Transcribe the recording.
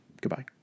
Goodbye